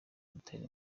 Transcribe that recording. rutera